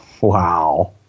Wow